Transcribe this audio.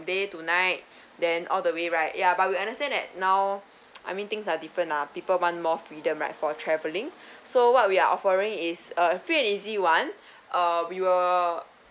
day to night then all the way right ya but we understand that now I mean things are different lah people want more freedom right for traveling so what we're offering is uh free and easy one uh we will